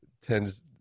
tends